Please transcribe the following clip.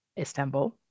Istanbul